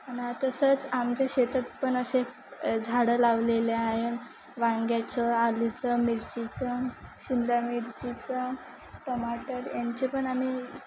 आणि तसंच आमच्या शेतात पण असे झाडं लावलेले आहे वांग्याचं आलूचं मिरचीचं शिमला मिरचीचं टोमाटर यांचे पण आम्ही